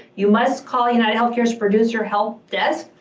you must called united healthcare's producer helpdesk,